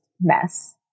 mess